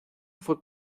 fue